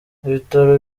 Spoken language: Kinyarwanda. ibitaro